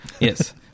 Yes